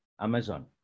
Amazon